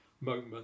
moment